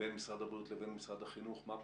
בין משרד הבריאות לבין משרד החינוך מה פותחים,